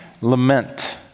lament